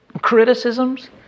criticisms